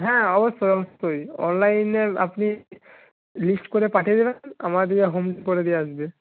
হ্যাঁ অবশ্যই অবশ্যই অনলাইনে আপনি লিস্ট করে পাঠিয়ে দেবেন গিয়ে হোম করে দিয়ে আসবে